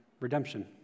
redemption